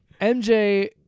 MJ